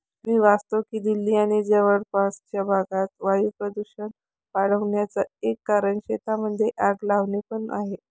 मी वाचतो की दिल्ली आणि जवळपासच्या भागात वायू प्रदूषण वाढन्याचा एक कारण शेतांमध्ये आग लावणे पण आहे